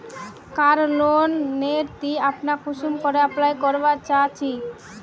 कार loan नेर ती अपना कुंसम करे अप्लाई करवा चाँ चची?